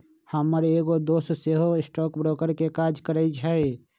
हमर एगो दोस सेहो स्टॉक ब्रोकर के काज करइ छइ